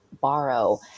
borrow